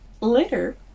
Later